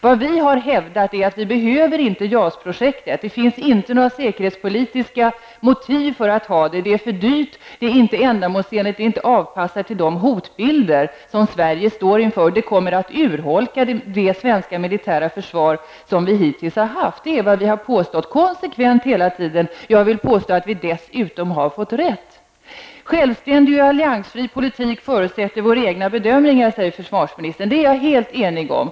Vad vi har hävdat är att Sverige inte behöver JAS-projektet. Det finns inte några försvarspolitiska motiv för det. Det är för dyrt, inte ändamålsenligt och inte avpassat till de hotbilder som Sverige står inför. Det kommer också att urholka det svenska militära försvar som vi hittills har haft. Detta är vad vi konsekvent har påstått hela tiden. Jag vill dessutom påstå att vi har fått rätt. En självständig och allians fri politik förutsätter våra egna bedömningar, säger försvarsministern. Det är jag helt införstådd med.